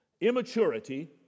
immaturity